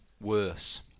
worse